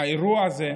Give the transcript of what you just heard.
האירוע הזה,